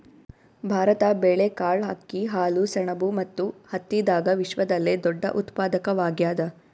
ಭಾರತ ಬೇಳೆಕಾಳ್, ಅಕ್ಕಿ, ಹಾಲು, ಸೆಣಬು ಮತ್ತು ಹತ್ತಿದಾಗ ವಿಶ್ವದಲ್ಲೆ ದೊಡ್ಡ ಉತ್ಪಾದಕವಾಗ್ಯಾದ